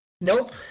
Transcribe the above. Nope